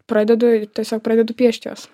pradedu tiesiog pradedu piešt juos